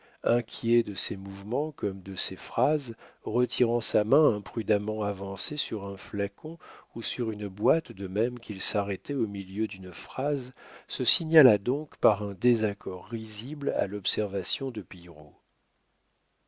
inquiet de ses mouvements comme de ses phrases retirant sa main imprudemment avancée sur un flacon ou sur une boîte de même qu'il s'arrêtait au milieu d'une phrase se signala donc par un désaccord risible à l'observation de